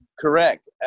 correct